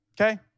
okay